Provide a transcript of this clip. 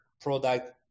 product